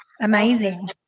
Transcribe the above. amazing